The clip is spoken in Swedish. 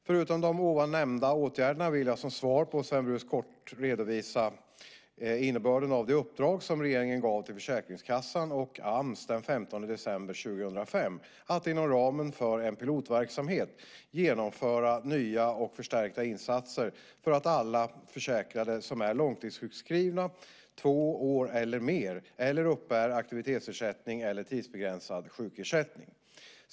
Förutom de ovan nämnda åtgärderna vill jag som svar till Sven Brus kort redovisa innebörden av det uppdrag som regeringen gav till Försäkringskassan och Arbetsmarknadsstyrelsen den 15 december 2005 att inom ramen för en pilotverksamhet genomföra nya och förstärkta insatser för alla försäkrade som är långtidssjukskrivna - två år eller mer - eller uppbär aktivitetsersättning eller tidsbegränsad sjukersättning.